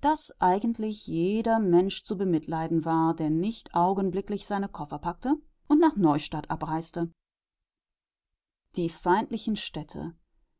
daß eigentlich jeder mensch zu bemitleiden war der nicht augenblicklich seine koffer packte und nach neustadt abreiste die feindlichen städte